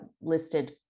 listed